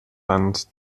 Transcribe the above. land